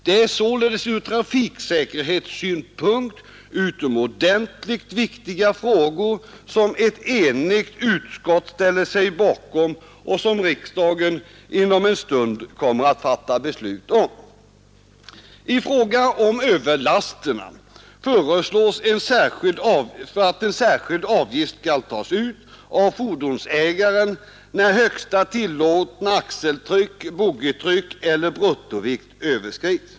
Det är således ur trafiksäkerhetssynpunkt utomordentligt viktiga åtgärder som ett enigt utskott ställer sig bakom och som riksdagen om en stund kommer att fatta beslut om. I fråga om överlasterna föreslås att en särskild avgift skall tas ut av fordonsägaren, när högsta tillåtna axeltryck, boggitryck eller bruttovikt överskrids.